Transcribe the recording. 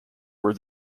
were